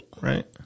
Right